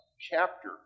chapter